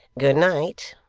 good night!